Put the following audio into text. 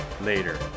Later